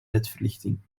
ledverlichting